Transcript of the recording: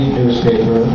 newspaper